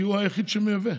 כי הוא היחיד שמייבא.